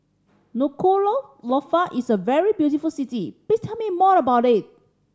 Nuku'alofa is a very beautiful city please tell me more about it